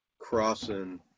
crossing